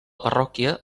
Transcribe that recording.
parròquia